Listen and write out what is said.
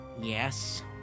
Yes